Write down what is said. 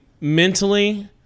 mentally